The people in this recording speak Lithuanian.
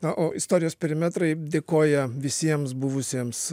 na o istorijos perimetrai dėkoja visiems buvusiems